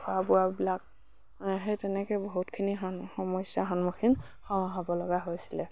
খোৱা বোৱাবিলাক সেই তেনেকে বহুতখিনি সমস্যাৰ সন্মুখীন হ'ব লগা হৈছিলে